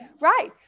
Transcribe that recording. Right